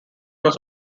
was